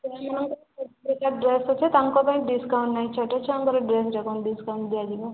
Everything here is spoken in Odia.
ଛୋଟ ଛୁଆଙ୍କର ଡ୍ରେସ ଅଛି ତାଙ୍କ ପାଇଁ ଡିସକାଉଣ୍ଟ ନାହିଁ ଛୋଟ ଛୁଆଙ୍କର ଡ୍ରେସରେ କ'ଣ ଡିସକାଉଣ୍ଟ ଦିଆଯିବ